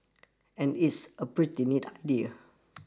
and it's a pretty neat idea